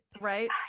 right